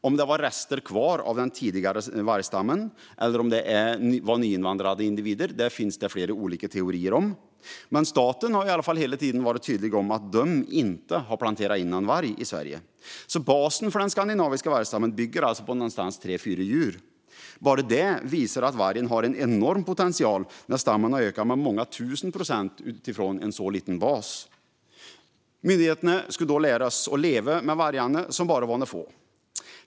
Om de var rester från den tidigare vargstammen eller om de var nyinvandrade individer finns det olika teorier om. Men staten har i alla fall hela tiden varit tydlig med att den inte har planterat in varg i Sverige. Basen för den skandinaviska vargstammen bygger alltså på tre till fyra djur. Bara det visar att vargen har en enorm potential; stammen har ökat med många tusen procent utifrån en så liten bas. Myndigheterna skulle då lära oss att leva med vargarna, som bara var några få.